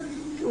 מגדיר,